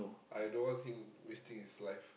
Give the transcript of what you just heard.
I don't want him wasting his life